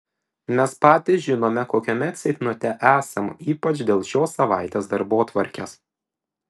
mes patys žinome kokiame ceitnote esam ypač dėl šios savaitės darbotvarkės